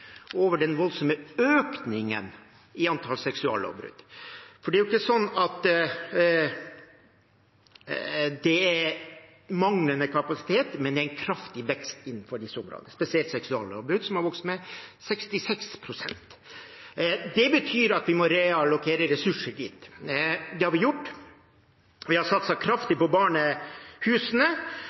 over den voldsomme økningen i antall seksuallovbrudd. For det er jo ikke manglende kapasitet, men det er en kraftig vekst innenfor disse områdene, spesielt seksuallovbrudd, som har vokst med 66 pst. Det betyr at vi må reallokere ressurser dit. Det har vi gjort. Vi har satset kraftig på barnehusene,